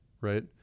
Right